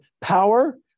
power